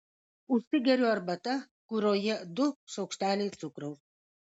užsigeriu arbata kurioje du šaukšteliai cukraus